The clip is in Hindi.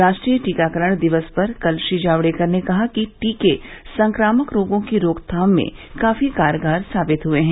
राष्ट्रीय टीकाकरण दिवस पर कल श्री जावडेकर ने कहा कि टीके संक्रामक रोगों की रोकथाम में काफी कारगर साबित हुए हैं